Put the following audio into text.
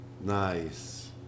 nice